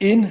in